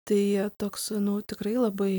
tai toks nu tikrai labai